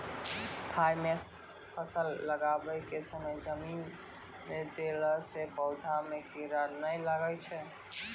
Thimet फ़सल लगाबै के समय जमीन मे देला से पौधा मे कीड़ा नैय लागै छै?